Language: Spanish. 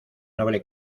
noble